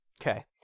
Okay